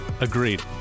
Agreed